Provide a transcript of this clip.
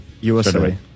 USA